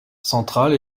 centrale